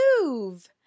Move